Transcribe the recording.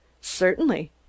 Certainly